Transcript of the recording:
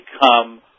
become